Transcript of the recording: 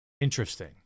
interesting